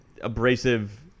abrasive